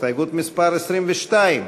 הסתייגות מס' 22,